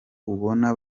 ubona